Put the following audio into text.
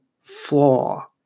flaw